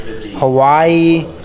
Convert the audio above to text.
Hawaii